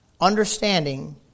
Understanding